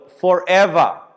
forever